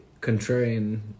contrarian